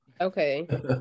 Okay